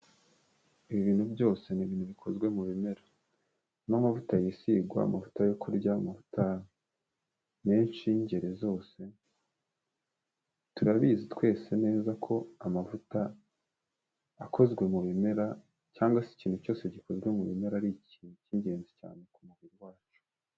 Ibi bintu byose ni ibintu bikozwe mu bimera. N'amavuta yisigwa, amavuta yo kurya, amavuta menshi y'ingeri zose. Turabizi twese neza ko amavuta akozwe mu bimera cyangwa se ikintu cyose gikozwe mu bimera, ari ikintu cy'ingenzi cyane ku mubiri wacu.